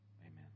Amen